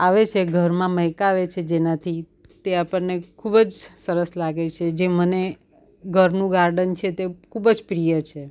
આવે છે ઘરમાં મહેકાવે છે જેનાથી તે આપણને ખૂબ જ સરસ લાગે છે જે મને ઘરનું ગાર્ડન છે તે ખૂબ જ પ્રિય છે